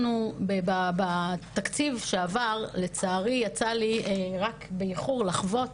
בתקציב שעבר לצערי יצא לי לחוות